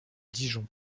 dijon